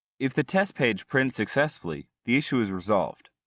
if the test page prints successfully, the issue is resolved.